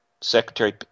Secretary